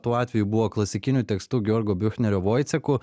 tuo atveju buvo klasikiniu tekstu giorgo biuchnerio voiceku